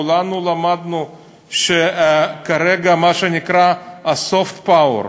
כולנו למדנו שכרגע, מה שנקרא, ה-soft power,